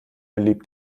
liebt